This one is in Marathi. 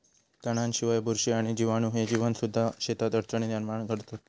तणांशिवाय, बुरशी आणि जीवाणू ह्ये जीवसुद्धा शेतात अडचणी निर्माण करतत